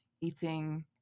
eating